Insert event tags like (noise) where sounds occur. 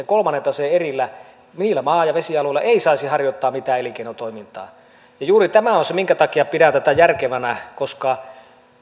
(unintelligible) kolmannen taseen erillä niillä maa ja vesialueilla ei saisi harjoittaa mitään elinkeinotoimintaa ja juuri tämä on se minkä takia pidän tätä järkevänä koska